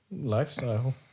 lifestyle